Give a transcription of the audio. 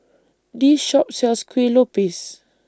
This Shop sells Kueh Lupis